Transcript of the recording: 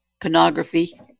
pornography